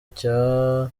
cya